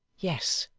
yes,